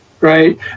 Right